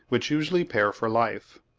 which usually pair for life.